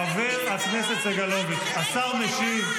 חבר הכנסת סגלוביץ', השר משיב.